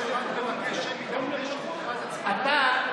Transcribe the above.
כשבאנו לבקש שמית אחרי שהוכרזה הצבעה אמרו לנו שאי-אפשר.